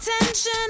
attention